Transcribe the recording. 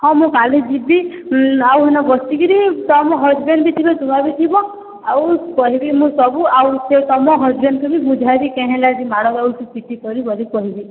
ହଁ ମୁଁ କାଲି ଯିବି ଆଉ ହେନ ବସିକିରି ତମ ହଜ୍ବେଣ୍ଡ ବି ଥିବ ତୁମେ ବି ଥିବ ଆଉ କହିବି ମୁଁ ସବୁ ଆଉ ସେ ତମ ହଜ୍ବେଣ୍ଡକୁ ବି ବୁଝାବି କେଁ ହେଲା ଯେ ମାଡ଼ ଲାଗୁଛ ପିଟିକରି ବୋଲି କହେବି